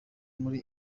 muri